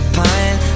pine